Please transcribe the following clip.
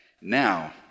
now